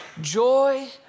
Joy